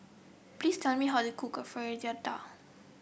please tell me how to cook Fritada